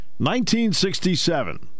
1967